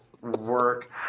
Work